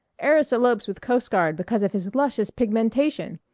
heiress elopes with coast-guard because of his luscious pigmentation!